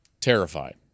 terrified